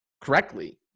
correctly